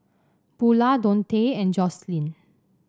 Bula Dontae and Jocelynn